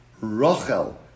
Rachel